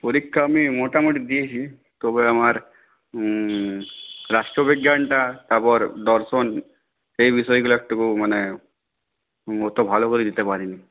পরীক্ষা আমি মোটামুটি দিয়েছি তবে আমার রাষ্ট্রবিজ্ঞানটা তারপর দর্শন এই বিষয়গুলো একটু মানে অত ভালো করে দিতে পারিনি